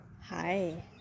Hi